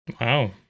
Wow